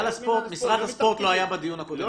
משרד הספורט לא היה בדיון הקודם.